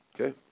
okay